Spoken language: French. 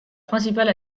principale